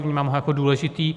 Vnímám ho jako důležitý.